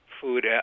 food